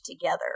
together